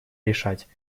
решать